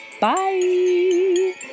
Bye